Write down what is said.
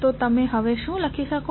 તો તમે હવે શું લખી શકો છો